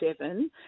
seven